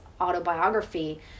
autobiography